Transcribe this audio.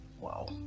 wow